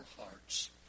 hearts